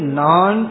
non